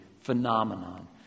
phenomenon